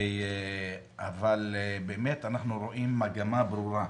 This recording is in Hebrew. אבל באמת אנחנו רואים מגמה ברורה,